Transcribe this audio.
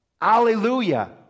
Hallelujah